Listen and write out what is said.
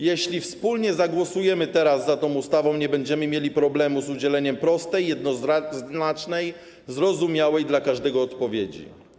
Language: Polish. Jeśli wspólnie zagłosujemy teraz za tą ustawą, nie będziemy mieli problemu z udzieleniem prostej, jednoznacznej, zrozumiałej dla każdego odpowiedzi.